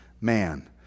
man